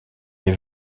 les